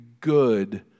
good